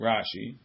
Rashi